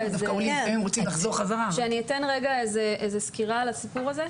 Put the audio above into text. את רוצה שאני אתן סקירה על הנושא הזה?